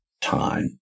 time